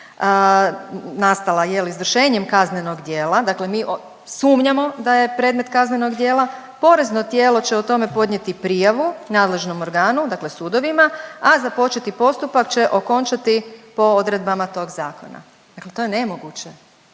nastala je li izvršenjem kaznenog djela, dakle mi sumnjamo da je predmet kaznenog djela, porezno tijelo će o tome podnijeti prijavu nadležnom organu, dakle sudovima, a započeti postupak će okončati po odredbama tog zakona. Dakle, to je nemoguće